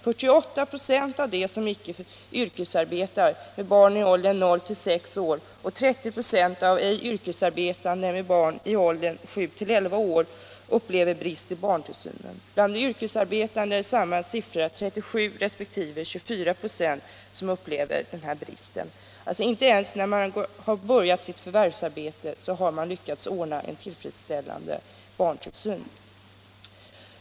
48 26 av dem som icke yrkesarbetar och som har barn i åldern 0-6 år och 30 26 av ej yrkesarbetande med barn i åldern 7-11 år upplever brister i barntillsynen. Bland de yrkesarbetande är motsvarande siffror 37 96 resp. 24 26. Inte ens när man har börjat sitt förvärvsarbete har man alltså lyckats ordna en tillfredsställande barntillsyn.